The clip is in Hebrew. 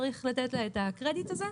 צריך לתת לה את הקרדיט הזה.